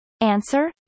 Answer